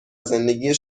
زندگی